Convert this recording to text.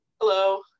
hello